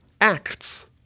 acts